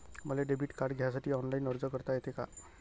मले debit card घ्यासाठी online अर्ज करता येते का?